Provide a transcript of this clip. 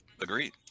Agreed